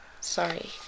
Sorry